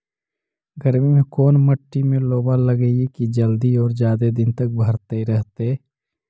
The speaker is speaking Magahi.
गर्मी में कोन मट्टी में लोबा लगियै कि जल्दी और जादे दिन तक भरतै रहतै?